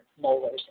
molars